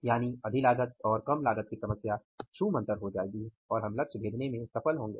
यानि अधिलागत और कम लागत की समस्या छूमंतर हो जाएगी और हम लक्ष्य भेदने में सफल होंगे